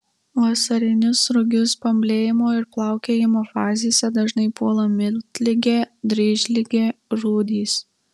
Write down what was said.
vasarinius rugius bamblėjimo ir plaukėjimo fazėse dažnai puola miltligė dryžligė rūdys